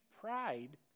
pride